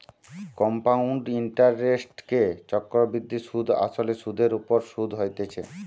compound ইন্টারেস্টকে চক্রবৃদ্ধি সুধ আসলে সুধের ওপর শুধ হতিছে